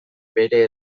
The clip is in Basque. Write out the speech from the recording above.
bere